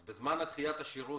אז בזמן דחיית השירות,